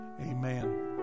amen